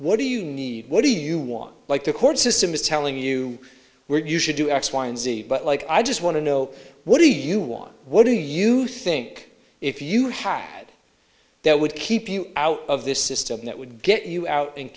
what do you need what do you want like the court system is telling you where you should do x y and z but like i just want to know what do you want what do you think if you had that would keep you out of this system that would get you out and